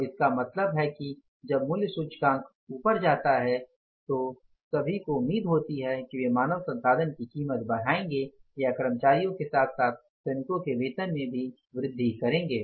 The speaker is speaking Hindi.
तो इसका मतलब है कि जब मूल्य सूचकांक ऊपर जाता है तो सभी उम्मीद होती है कि वे मानव संसाधन की कीमत बढ़ाएंगे या कर्मचारियों के साथ साथ श्रमिकों के वेतन में भी वृद्धि करेंगे